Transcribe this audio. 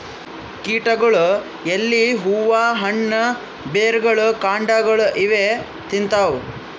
ಕೀಟಗೊಳ್ ಎಲಿ ಹೂವಾ ಹಣ್ಣ್ ಬೆರ್ಗೊಳ್ ಕಾಂಡಾಗೊಳ್ ಇವೇ ತಿಂತವ್